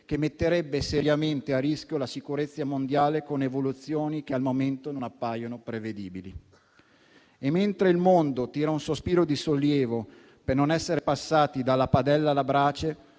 che metterebbe seriamente a rischio la sicurezza mondiale, con evoluzioni che al momento non appaiono prevedibili. Mentre il mondo tira un sospiro di sollievo per non essere passati dalla padella alla brace,